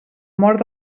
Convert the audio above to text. mort